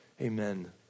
Amen